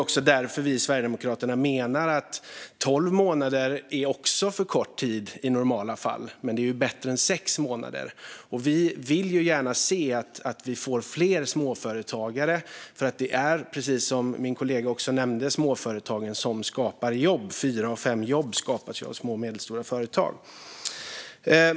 Vi i Sverigedemokraterna menar att tolv månader också är för kort tid i normala fall, även om det är bättre än sex månader. Vi vill gärna se att vi får fler småföretagare eftersom det är småföretagen som skapar jobb, precis som min kollega nämnde. Fyra av fem jobb skapas ju av små och medelstora företag.